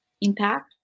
impact